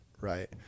Right